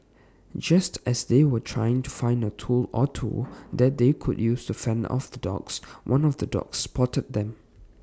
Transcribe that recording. just as they were trying to find A tool or two that they could use to fend off the dogs one of the dogs spotted them